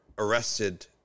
arrested